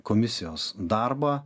komisijos darbą